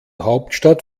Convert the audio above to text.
hauptstadt